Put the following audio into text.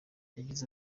yagize